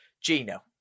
Gino